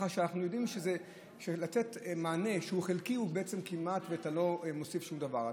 אנחנו יודעים שבמתן מענה חלקי אתה כמעט ולא מוסיף שום דבר.